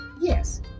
yes